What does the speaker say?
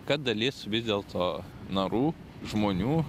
kad dalis vis dėlto narų žmonių